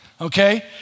Okay